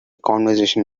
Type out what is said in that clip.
conversation